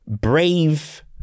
brave